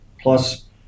plus